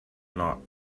not